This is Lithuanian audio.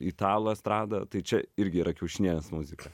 italų estradą tai čia irgi yra kiaušinienės muzika